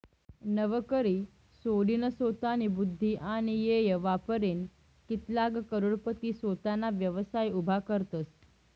नवकरी सोडीनसोतानी बुध्दी आणि येय वापरीन कित्लाग करोडपती सोताना व्यवसाय उभा करतसं